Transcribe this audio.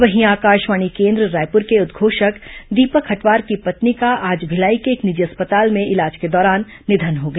वहीं आकाशवाणी केन्द्र रायपुर के उद्घोषक दीपक हटवार की पत्नी का आज भिलाई के एक निजी अस्पताल में इलाज के दौरान निधन हो गया